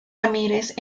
ramírez